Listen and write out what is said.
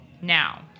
Now